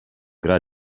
gra